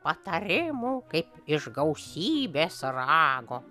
patarimų kaip iš gausybės rago